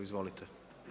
Izvolite.